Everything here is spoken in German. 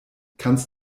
kannst